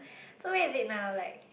so where is it now like